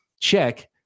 check